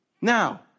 Now